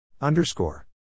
Underscore